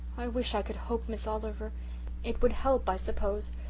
i wish i could hope, miss oliver it would help, i suppose.